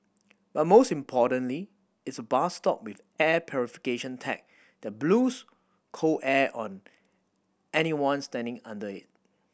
but most importantly it's a bus stop with air purification tech that blows cool air on anyone standing under it